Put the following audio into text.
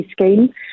scheme